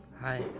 Hi